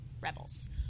Rebels